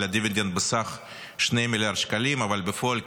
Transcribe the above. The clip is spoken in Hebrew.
הדיבידנד בסך 2 מיליארד שקלים אבל בפועל,